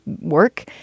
work